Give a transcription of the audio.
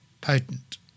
potent